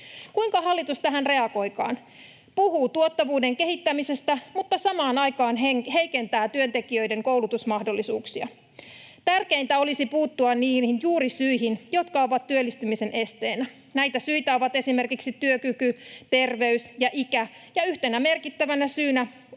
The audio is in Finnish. Kuinka hallitus tähän reagoikaan? Puhuu tuottavuuden kehittämisestä, mutta samaan aikaan heikentää työntekijöiden koulutusmahdollisuuksia. Tärkeintä olisi puuttua niihin juurisyihin, jotka ovat työllistymisen esteenä. Näitä syitä ovat esimerkiksi työkyky, terveys ja ikä ja yhtenä merkittävänä syynä